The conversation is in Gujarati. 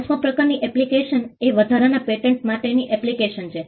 પાંચમા પ્રકારની એપ્લિકેશન એ વધારાના પેટન્ટ માટેની એપ્લિકેશન છે